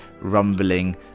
rumbling